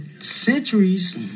centuries